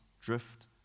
drift